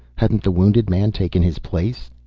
hadn't the wounded man taken his place?